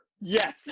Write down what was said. Yes